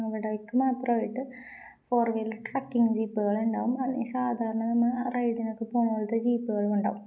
അവിടേക്ക് മാത്രമായിട്ട് four wheeler trekking ജീപ്പുകളുണ്ടാവും അ സാധാരണ നമ്മ റൈഡിനൊക്കെ പോ പോലത്തെ ജീപ്പുകളുംണ്ടാവും